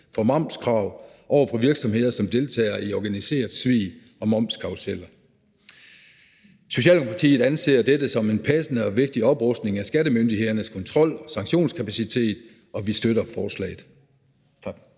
for momskrav over for virksomheder, som deltager i organiseret svig og momskarruseller. Socialdemokratiet anser dette som en passende og vigtig oprustning af skattemyndighedernes kontrol og sanktionskapacitet, og vi støtter forslaget.